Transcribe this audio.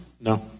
No